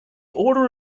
order